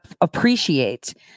appreciate